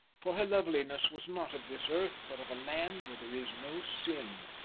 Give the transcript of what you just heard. for her loveliness was not of this earth but of a land where there is no sin,